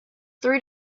three